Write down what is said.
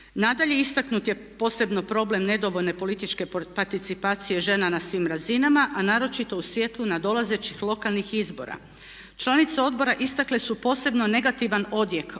Nadalje, istaknut je posebno problem nedovoljne političke participacije žena na svim razinama a naročito u svjetlo nadolazećih lokalnih izbora. Članice odbora istakle su posebno negativan odjek